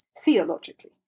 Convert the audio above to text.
theologically